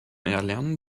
erlernen